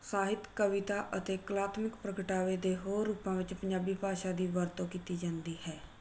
ਸਾਹਿਤ ਕਵਿਤਾ ਅਤੇ ਕਲਾਤਮਿਕ ਪ੍ਰਗਟਾਵੇ ਦੇ ਹੋਰ ਰੂਪਾਂ ਵਿੱਚ ਪੰਜਾਬੀ ਭਾਸ਼ਾ ਦੀ ਵਰਤੋਂ ਕੀਤੀ ਜਾਂਦੀ ਹੈ